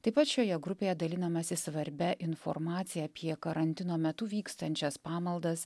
taip pat šioje grupėje dalinamasi svarbia informacija apie karantino metu vykstančias pamaldas